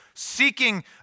seeking